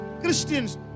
Christians